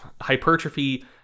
hypertrophy